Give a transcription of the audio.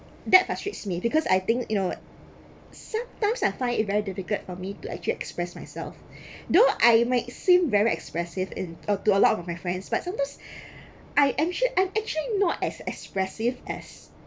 that frustrates me because I think you know sometimes I find it very difficult for me to actually express myself though I might seem very expressive in uh to a lot of my friends but sometimes I ac~ I actually not as expressive as